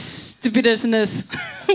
stupidness